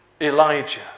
Elijah